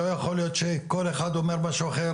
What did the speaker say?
לא יכול להיות שכל אחד אומר משהו אחר,